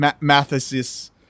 Mathesis